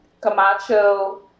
Camacho